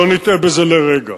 שלא נטעה בזה לרגע.